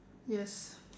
yes